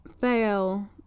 fail